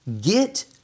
Get